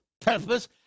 purpose